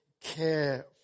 care